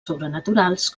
sobrenaturals